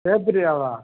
ஜெயப்பிரியாவா